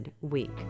week